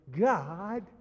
God